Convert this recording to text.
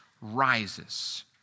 rises